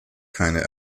keine